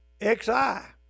X-I